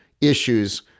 issues